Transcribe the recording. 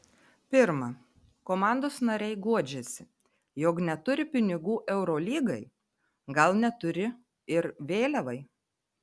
pirma komandos nariai guodžiasi jog neturi pinigų eurolygai gal neturi ir vėliavai